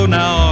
now